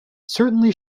certainly